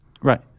Right